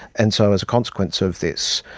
and so as a consequence of this,